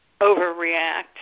overreact